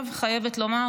אני חייבת לומר,